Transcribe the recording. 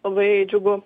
labai džiugu